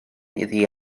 iddi